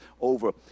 over